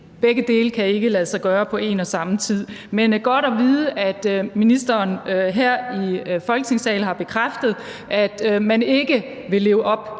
Begge dele kan ikke lade sig gøre på en og samme tid. Men det er godt at vide, at ministeren her i Folketingssalen har bekræftet, at man ikke vil leve op